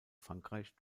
frankreich